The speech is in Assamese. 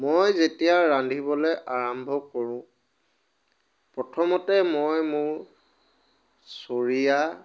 মই যেতিয়া ৰান্ধিবলৈ আৰম্ভ কৰোঁ প্ৰথমতে মই মোৰ চৰিয়া